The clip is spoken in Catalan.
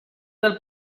del